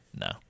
No